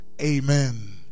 Amen